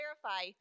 clarify